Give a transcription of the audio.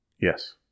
yes